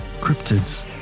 cryptids